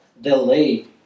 delay